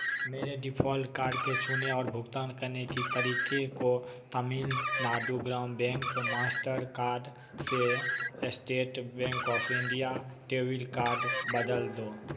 मेरे default card के छूने और भुगतान करने के तरीके को Tamil Nadu Grama bank Mastercard से state bank of India debit card बदल दो